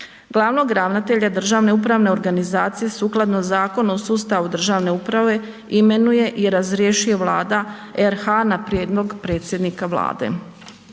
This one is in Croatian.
Glavnog ravnatelja državne upravne organizacije sukladno Zakonu o sustavu državne uprave imenuje i razrješuje Vlada RH na prijedlog predsjednika Vlade.